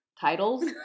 titles